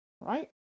right